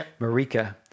Marika